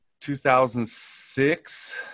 2006